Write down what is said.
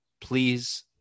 please